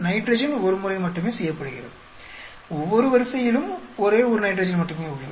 nitrogen ஒரு முறை மட்டுமே செய்யப்படுகிறது ஒவ்வொரு வரிசையிலும் ஒரே ஒரு நைட்ரஜன் மட்டுமே உள்ளது